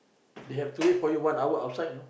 they have to wait for you one hour outside you know